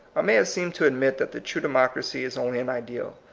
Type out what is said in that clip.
i may have seemed to admit that the true democracy is only an ideal.